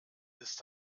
ist